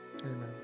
Amen